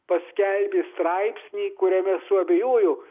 paskelbė straipsnį kuriame suabejojo